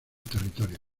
territorio